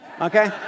okay